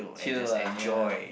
chill uh ya